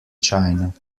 china